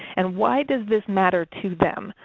and why does this matter to them?